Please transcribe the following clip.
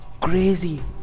crazy